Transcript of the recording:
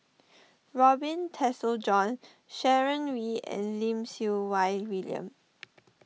Robin Tessensohn Sharon Wee and Lim Siew Wai William